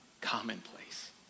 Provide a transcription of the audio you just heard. commonplace